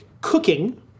cooking